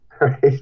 Right